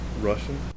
Russian